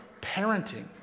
parenting